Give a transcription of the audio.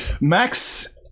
Max